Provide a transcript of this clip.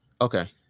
Okay